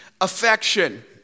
affection